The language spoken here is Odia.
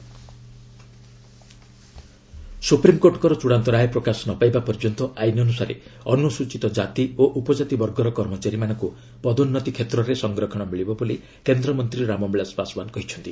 ପାସ୍ୱାନ ଏସସିଏସଟି ସୁପ୍ରିମକୋର୍ଟଙ୍କର ଚ ଡାନ୍ତ ରାୟ ପ୍ରକାଶ ନ ପାଇବା ପର୍ଯ୍ୟନ୍ତ ଆଇନ ଅନୁସାରେ ଅନୁସୂଚିତ କାତି ଓ ଉପଜାତି ବର୍ଗର କର୍ମଚାରୀମାନଙ୍କୁ ପଦୋନ୍ନତି କ୍ଷେତ୍ରରେ ସଂରକ୍ଷଣ ମିଳିବ ବୋଲି କେନ୍ଦ୍ରମନ୍ତ୍ରୀ ରାମ ବିଳାସ ପାସୱାନ କହିଛନ୍ତି